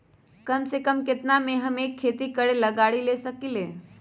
कम से कम केतना में हम एक खेती करेला गाड़ी ले सकींले?